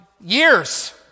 years